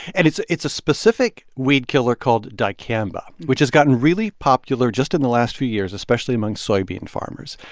and it's it's a specific weedkiller called dicamba which has gotten really popular just in the last few years, especially among soybean farmers.